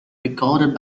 recorded